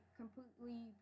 completely